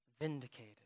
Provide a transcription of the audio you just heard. vindicated